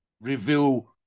reveal